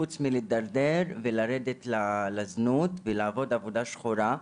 חוץ מלהידרדר ולרדת לזנות ולעבוד עבודה שחורה,